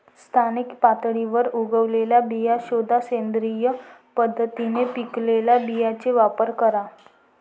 स्थानिक पातळीवर उगवलेल्या बिया शोधा, सेंद्रिय पद्धतीने पिकवलेल्या बियांचा वापर करा